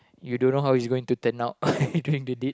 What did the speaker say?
you don't know how he's going to turn out during the date